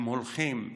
הם הולכים,